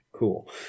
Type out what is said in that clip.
cool